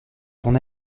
ton